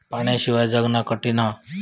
पाण्याशिवाय जगना कठीन हा